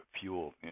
fuel